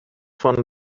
von